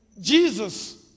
Jesus